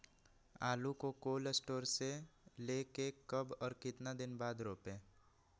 आलु को cold store से ले के कब और कितना दिन बाद रोपे?